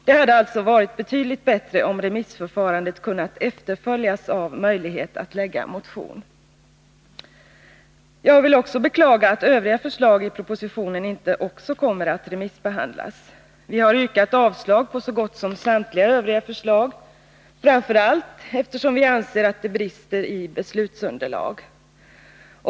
Det hade alltså varit betydligt bättre, om remissförfarandet kunnat efterföljas av möjlighet att väcka motion. Jag vill också beklaga att inte heller övriga förslag i propositionen kommer att remissbehandlas. Vi har yrkat avslag på så gott som samtliga övriga förslag, framför allt därför att vi anser att de brister i beslutsunderlaget.